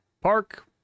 park